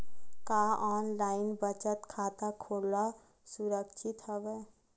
का ऑनलाइन बचत खाता खोला सुरक्षित हवय?